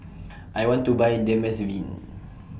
I want to Buy